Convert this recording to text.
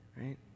right